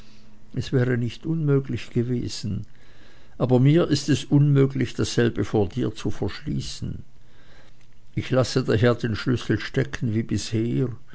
es wäre nicht unmöglich gewesen aber mir ist es unmöglich dasselbe vor dir zu verschließen ich lasse daher den schlüssel stecken wie bisher